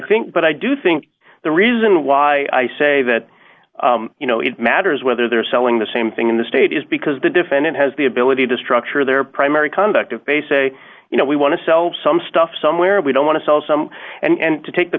think but i do think the reason why i say that you know it matters whether they're selling the same thing in the state is because the defendant has the ability to structure their primary conduct of basically you know we want to sell some stuff somewhere we don't want to sell some and to take the